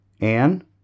Anne